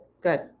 good